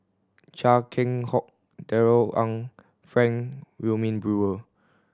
Chia Keng Hock Darrell Ang Frank Wilmin Brewer